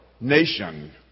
nation